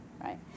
right